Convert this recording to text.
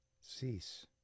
cease